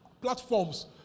platforms